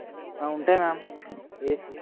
ఉంటాయ్ మ్యామ్ ఏ